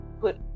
put